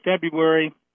February